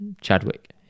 Chadwick